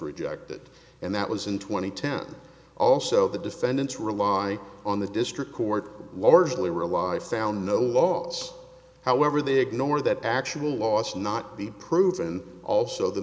rejected and that was in two thousand and ten also the defendants rely on the district court largely rely found no laws however they ignore that actual loss not be proven also the